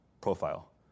profile